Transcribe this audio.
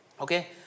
okay